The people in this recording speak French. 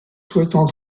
souhaitant